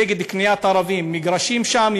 נגד קניית מגרשים על-ידי ערבים שם,